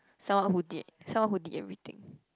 someone who did someone who did everything